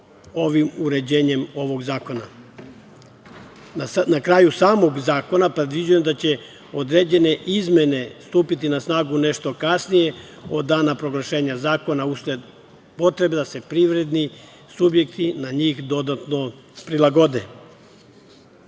ovim uređenjem ovog zakona. Na kraju samog zakona predviđeno je da će određene izmene stupiti na snagu nešto kasnije od dana proglašenja zakona, usled potrebe da se privredni subjekti na njih dodatno prilagode. Pored